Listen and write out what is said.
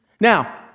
Now